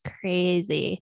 crazy